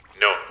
No